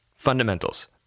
Fundamentals